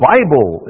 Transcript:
Bible